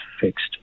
fixed